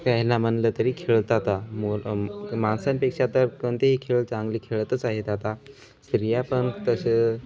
त्यायला म्हटलं तरी खेळताता मो माणसांपेक्षा तर कोणतेही खेळ चांगली खेळतच आहेत आता स्त्रिया पण तसं